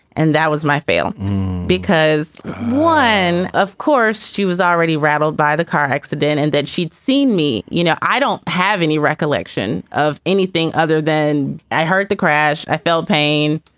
and that was my fail because one of course, she was already rattled by the car accident and then she'd seen me. you know, i don't have any recollection of anything other than i heard the crash. i felt pain.